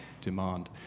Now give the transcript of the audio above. demand